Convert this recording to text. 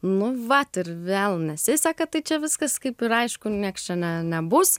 nu vat ir vėl nesiseka tai čia viskas kaip ir aišku nieks čia ne nebus